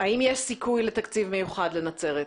האם יש סיכוי לתקציב מיוחד לנצרת?